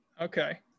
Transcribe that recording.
Okay